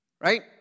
right